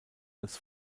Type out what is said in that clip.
als